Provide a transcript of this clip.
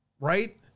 Right